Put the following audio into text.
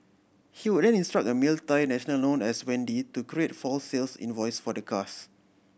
he would then instruct a male Thai national known as Wendy to create false sales invoices for the cars